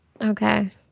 Okay